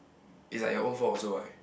is like your own fault also right